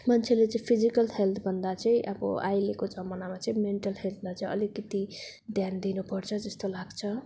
मान्छेले चाहिँ physical health भन्दा चाहिँ अब अहिलेको जमानामा चाहिँ मेन्टल हेल्थलाई चाहिँ अलिकति ध्यान दिनुपर्छ जस्तो लाग्छ